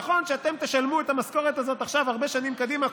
נכון שאתם תשלמו את המשכורת הזאת עכשיו הרבה שנים קדימה,